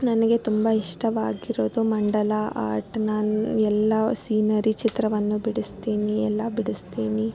ನನಗೆ ತುಂಬ ಇಷ್ಟವಾಗಿರೋದು ಮಂಡಲ ಆರ್ಟ್ ನಾನು ಎಲ್ಲ ಸೀನರಿ ಚಿತ್ರವನ್ನು ಬಿಡಿಸುತ್ತೀನಿ ಎಲ್ಲ ಬಿಡಿಸುತ್ತೀನಿ